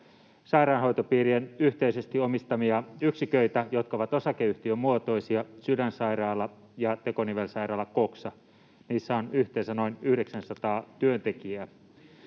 sairaanhoitopiirien yhteisesti omistamia yksiköitä, jotka ovat osakeyhtiömuotoisia: Sydänsairaala ja tekonivelsairaala Coxa. [Aki Lindén: Siis julkisia!] Niissä on yhteensä noin 900 työntekijää.